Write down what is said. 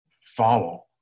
follow